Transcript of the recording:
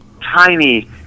tiny